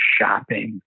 shopping